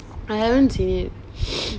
I haven't seen it